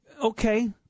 Okay